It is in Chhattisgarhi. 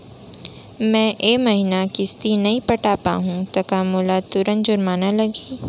मैं ए महीना किस्ती नई पटा पाहू त का मोला तुरंत जुर्माना लागही?